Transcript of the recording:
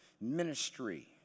ministry